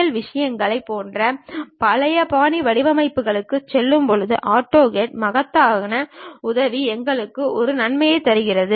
L விஷயங்கள் போன்ற பழைய பாணி வடிவங்களுக்குச் செல்லும்போது ஆட்டோகேட் மகத்தான உதவி எங்களுக்கு ஒரு நன்மையைத் தருகிறது